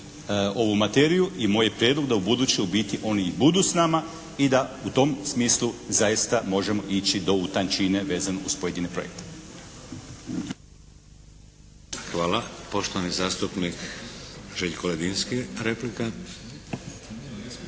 ovu materiju i moj je prijedlog da u buduće u biti oni i budu s nama i da u tom smislu zaista možemo ići do u tančine vezano uz pojedine projekte.